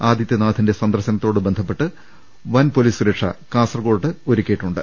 ആദിത്യനാഥിന്റെ സന്ദർശനത്തോടു ബന്ധപ്പെട്ട് വൻ പൊലീസ് സുരക്ഷ കാസർകോട്ട് ഒരുക്കിയിട്ടുണ്ട്